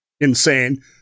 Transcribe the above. insane